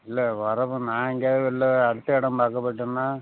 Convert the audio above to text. இல்லை வர்றப்போ நான் எங்காவது வெளில அடுத்த இடம் பார்க்கப் போயிட்டேன்னால்